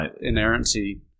inerrancy